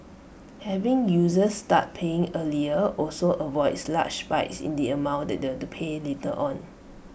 having users start paying earlier also avoids large spikes in the amount that they pay later on